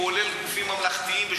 כולל גופים ממלכתיים,